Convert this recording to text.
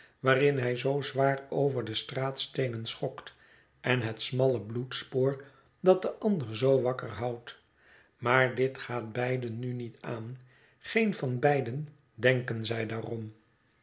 waarin hij zoo zwaar over de straatsteenen schokt en het smalle bloedspoor dat den ander zoo wakker houdt maar dit gaat beide nu niet aan geen van beiden denken zij daarom